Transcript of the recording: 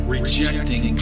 Rejecting